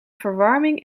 verwarming